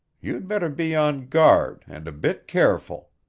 you'd better be on guard and a bit careful.